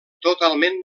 totalment